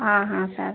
ହଁ ସାର୍